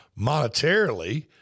monetarily